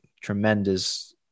tremendous